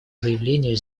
заявлению